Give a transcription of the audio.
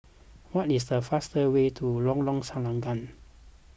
what is the fastest way to Lorong Selangat